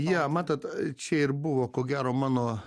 jie matot čia ir buvo ko gero mano